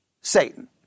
Satan